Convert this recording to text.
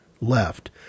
left